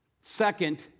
second